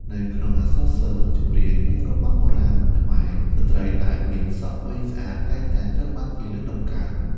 នៅក្នុងអក្សរសិល្ប៍ ចម្រៀង និងរបាំបុរាណខ្មែរ ស្ត្រីដែលមានសក់វែងស្អាតតែងតែត្រូវបានគេលើកតម្កើង។